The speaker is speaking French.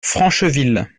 francheville